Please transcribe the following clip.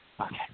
Okay